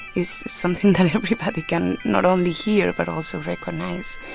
is something that everybody can not only hear but also recognize.